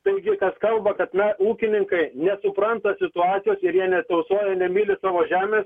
taigi kas kalba kad na ūkininkai nesupranta situacijos ir jie netausoja nemyli savo žemės